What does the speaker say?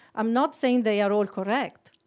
i'm not saying they are all correct.